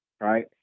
Right